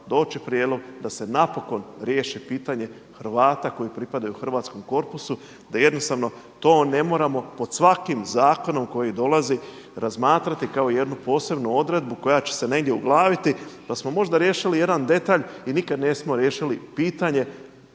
doći prijedlog da se napokon riješit pitanje Hrvata koji pripadaju hrvatskom korpusu da jednostavno to ne moramo pod svakim zakonom koji dolazi razmatrati kao jednu posebnu odredbu koja će se negdje uglaviti. Da smo možda riješili jedan detalj i nikad nismo riješili pitanje